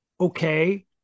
okay